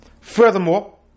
Furthermore